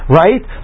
right